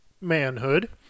manhood